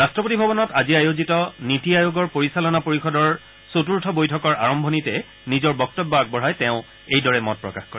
ৰট্টপতি ভৱনত আজি অনুষ্ঠিত আজি আয়োজিত পৰিচলনা পৰিষদৰ চতূৰ্থ বৈঠকৰ আৰম্ভণিতে নিজৰ বক্তব্য আগবঢ়াই তেওঁ এইদৰে মত প্ৰকাশ কৰে